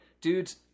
dudes